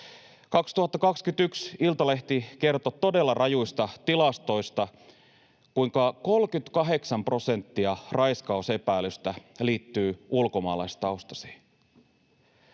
2021 Iltalehti kertoi todella rajuista tilastoista, kuinka 38 prosenttia raiskausepäilyistä liittyy ulkomaalaistaustaisiin.